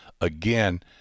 Again